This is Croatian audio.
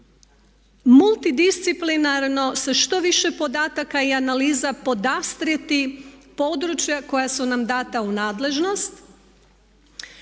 multidisciplinarno sa što više podataka i analiza podastrijeti područja koja su nam dana u nadležnost,